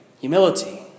Humility